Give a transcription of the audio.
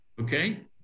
Okay